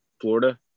Florida